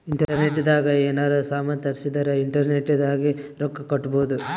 internet ದಾಗ ಯೆನಾರ ಸಾಮನ್ ತರ್ಸಿದರ ಇಂಟರ್ನೆಟ್ ದಾಗೆ ರೊಕ್ಕ ಕಟ್ಬೋದು